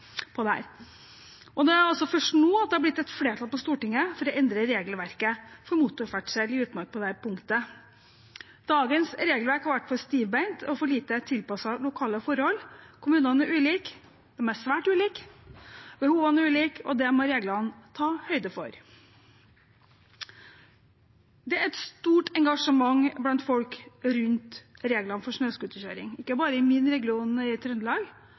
på dette. Og det er altså først nå det har blitt flertall på Stortinget for å endre regelverket for motorferdsel i utmark på dette punktet. Dagens regelverk har vært for stivbeint og for lite tilpasset lokale forhold. Kommunene er ulike, svært ulike, og behovene er ulike, og det må reglene ta høyde for. Det er et stort engasjement blant folk rundt reglene for snøscooterkjøring, ikke bare i min region i Trøndelag,